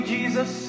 Jesus